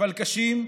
אבל קשים,